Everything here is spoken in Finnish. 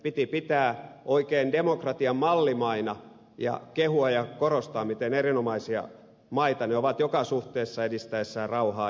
piti pitää oikein demokratian mallimaina ja piti kehua ja korostaa miten erinomaisia maita ne ovat joka suhteessa edistäessään rauhaa ihmisoikeuksia ja muuta